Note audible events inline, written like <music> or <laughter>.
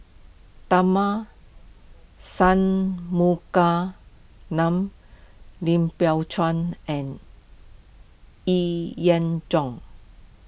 Tharman <unintelligible> Lim Biow Chuan and Yee <unintelligible> Jong